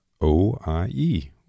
O-I-E